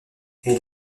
elle